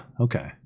Okay